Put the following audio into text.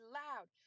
loud